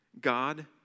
God